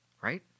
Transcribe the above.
right